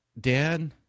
dad